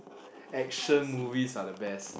action movies are the best